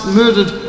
murdered